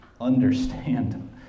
understand